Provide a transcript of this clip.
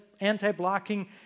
anti-blocking